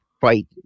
fight